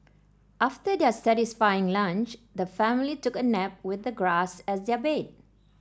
after their satisfying lunch the family took a nap with the grass as their bed